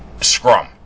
scrum